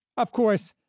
of course,